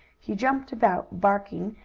he jumped about, barking,